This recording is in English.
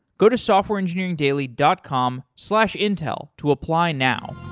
go to softwareengineeringdaily dot com slash intel to apply now.